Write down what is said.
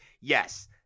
Yes